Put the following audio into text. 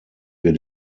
wir